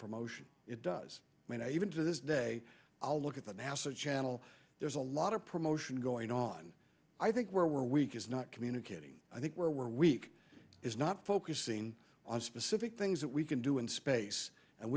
promotion it does mean i even to this day i'll look at the nasa channel there's a lot of promotion going on i think where we're weak is not communicating i think where we're weak is not focusing on specific things that we can do in space and